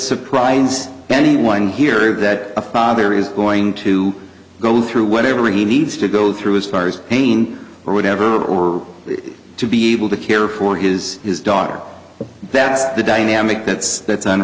surprise anyone here of that a father is going to go through whatever he needs to go through as far as pain or whatever or to be able to care for his daughter that's the dynamic that's that's